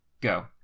go